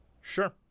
Sure